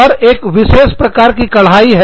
और एक विशेष प्रकार की कढ़ाई है